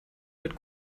mit